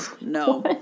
No